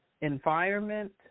environment